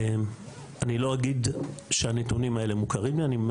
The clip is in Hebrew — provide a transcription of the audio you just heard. אני לא אגיד שהנתונים האלה מוכרים לי אני,